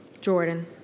Jordan